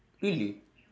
really